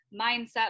mindset